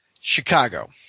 Chicago